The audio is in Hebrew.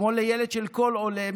כמו לילד של כל עולה,